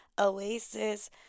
Oasis